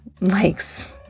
likes